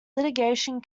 litigation